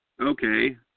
okay